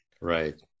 right